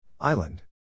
Island